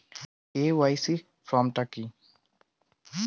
KYC form টা কি?